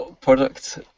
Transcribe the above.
product